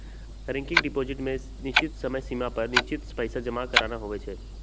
recurring deposit में निश्चित समय सिमा पर निश्चित पइसा जमा करानाइ होइ छइ